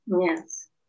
Yes